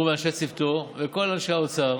הוא ואנשי צוותו, ואת כל אנשי האוצר,